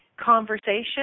conversation